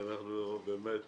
ואנחנו באמת